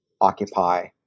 occupy